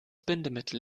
bindemittel